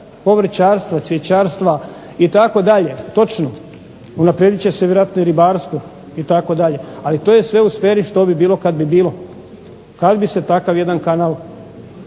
povrćarstva, cvjećarstva itd. Točno, unaprijedit će se vjerojatno ribarstvo itd. Ali to je sve u sferi što bi bilo kad bi bilo, kad bi se takav jedan kanal